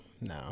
No